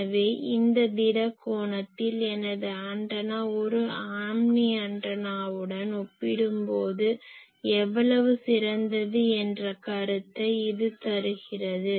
எனவே இந்த திட கோணத்தில் எனது ஆண்டனா ஒரு ஆம்னி ஆண்டனாவுடன் ஒப்பிடும்போது எவ்வளவு சிறந்தது என்ற கருத்தை இது தருகிறது